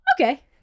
okay